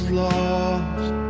lost